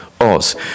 Oz